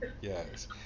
Yes